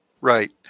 Right